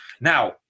now